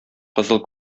кызыл